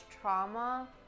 trauma